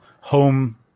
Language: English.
home